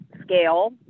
scale